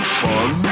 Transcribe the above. fun